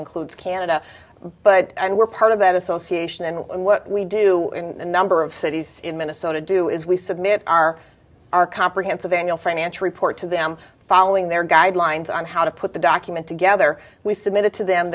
includes canada but we're part of that association and what we do in a number of cities in minnesota do is we submit our our comprehensive annual financial report to them following their guidelines on how to put the document together we submitted to them